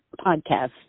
podcast